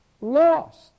lost